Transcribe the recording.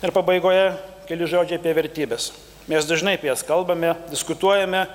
ir pabaigoje keli žodžiai apie vertybes mes dažnai apie jas kalbame diskutuojame